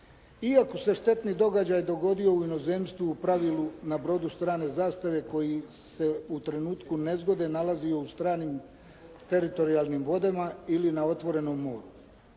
iako se štetni događaj dogodio u inozemstvu u pravilu na brodu strane zastave koji se u trenutku nezgode nalazio u stranim teritorijalnim vodama ili na otvorenom moru.